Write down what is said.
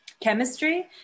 chemistry